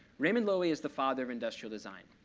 raymond loewy is the father of industrial design.